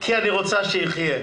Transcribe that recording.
כי אני רוצה שיחיה,